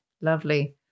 lovely